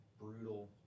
Brutal